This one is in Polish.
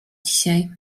dzisiaj